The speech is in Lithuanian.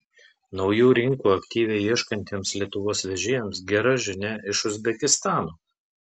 naujų rinkų aktyviai ieškantiems lietuvos vežėjams gera žinia iš uzbekistano